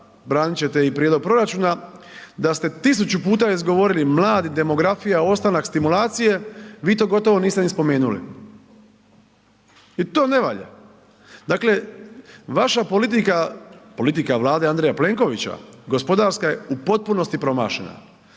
branit ćete i prijedlog proračuna, da ste tisuću puta izgovorili mladi, demografija, ostanak stimulacije, vi to gotovo niste ni spomenuli. I to ne valja. Dakle, vaša politika, politika Vlade Andreja Plenkovića, gospodarska je u potpunosti promašena.